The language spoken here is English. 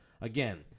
again